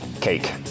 cake